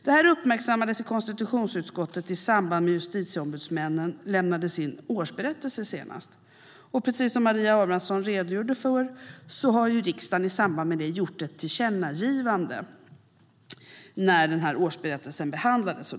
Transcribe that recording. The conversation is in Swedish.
Det här uppmärksammades i konstitutionsutskottet i samband med att justitieombudsmännen lämnade sin senaste årsberättelse. Som Maria Abrahamsson redogjorde för gjorde riksdagen ett tillkännagivande i samband med att årsberättelsen behandlades.